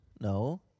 No